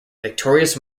victorious